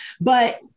But-